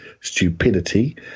stupidity